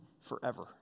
forever